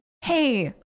Hey